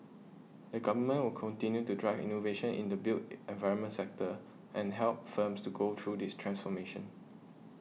the Government will continue to drive innovation in the built environment sector and help firms to go through this transformation